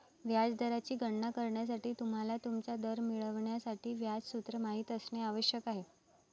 व्याज दराची गणना करण्यासाठी, तुम्हाला तुमचा दर मिळवण्यासाठी व्याज सूत्र माहित असणे आवश्यक आहे